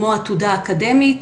כמו עתודה אקדמית,